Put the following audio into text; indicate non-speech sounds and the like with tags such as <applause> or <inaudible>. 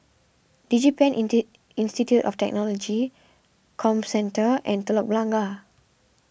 DigiPen <unintelligible> Institute of Technology Comcentre and Telok Blangah